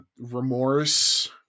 remorse